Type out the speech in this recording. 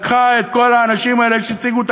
לקחה את כל האנשים האלה שהסיגו את